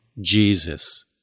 Jesus